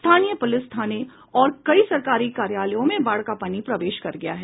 स्थानीय पुलिस थाने और कई सरकारी कार्यालयों में बाढ़ का पानी प्रवेश कर गया है